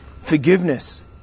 forgiveness